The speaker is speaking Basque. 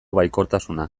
baikortasuna